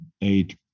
Eight